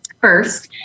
first